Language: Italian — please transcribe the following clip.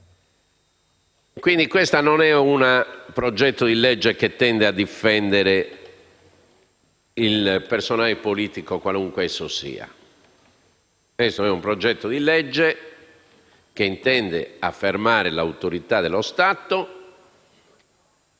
quindi, non è un disegno di legge che tende a difendere il personale politico qualunque esso sia. È piuttosto un disegno di legge che intende affermare l'autorità dello Stato